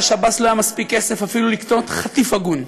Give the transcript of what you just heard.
לשב"ס לא היה מספיק כסף אפילו לקנות חטיף הגון.